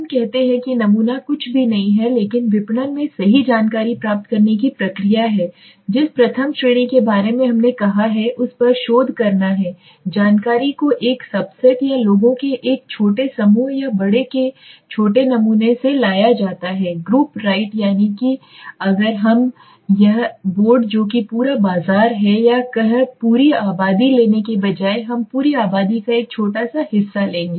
तो यह कहते हैं कि नमूना कुछ भी नहीं है लेकिन विपणन में सही जानकारी प्राप्त करने की प्रक्रिया है जिस प्रथम श्रेणी के बारे में हमने कहा है उस पर शोध करना है जानकारी को एक सबसेट या लोगों के एक छोटे समूह या बड़े के छोटे नमूने से लाया जाता है ग्रुप राइट यानि कि अगर यह हमें बोर्ड जो कि पूरा बाजार है या कह पूरी आबादी लेने के बजाय हम पूरी आबादी का एक छोटा हिस्सा लेंगे